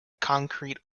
concrete